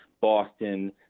Boston